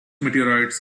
meteorites